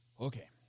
Okay